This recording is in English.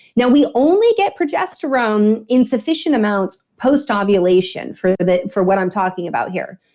now, we only get progesterone in sufficient amounts post ah ovulation for for what i'm talking about here.